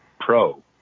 pro